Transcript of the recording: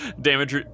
damage